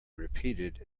repeated